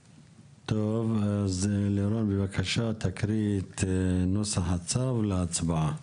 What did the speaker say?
טוב, אז לירון בבקשה תקריאי את נוסח הצו להצבעה.